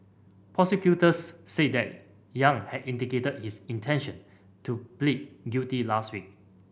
prosecutors said that Yang had indicated his intention to plead guilty last week